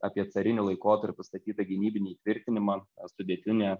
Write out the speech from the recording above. apie cariniu laikotarpiu statytą gynybinį įtvirtinimą sudėtinė